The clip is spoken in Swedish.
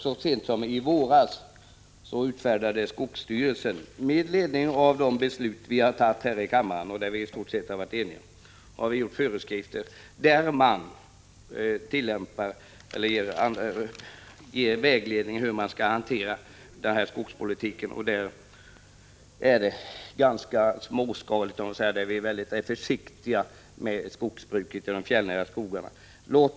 Så sent som i våras utfärdade skogsstyrelsen — med ledning av de beslut som riksdagen har fattat och som vi i stort sett har varit eniga om — föreskrifter, där man ger vägledning om hur skogspolitiken skall hanteras på det här området. Det är fråga om ganska småskaligt skogsbruk, och man är väldigt försiktig med de fjällnära skogarna.